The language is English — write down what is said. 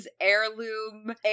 heirloom